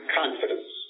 confidence